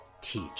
Teach